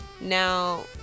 Now